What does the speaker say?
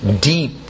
deep